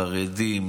חרדים,